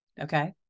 Okay